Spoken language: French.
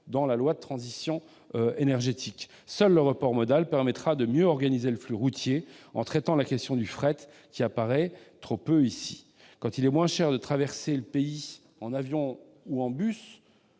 à la transition énergétique et de mieux organiser le flux routier en traitant la question du fret, qui apparaît trop peu ici. Quand il est moins cher de traverser le pays en avion ou en bus